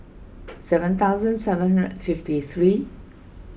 seven thousand seven hundred fifty three